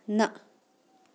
نہ